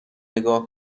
نگاه